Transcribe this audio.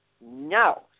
No